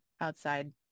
outside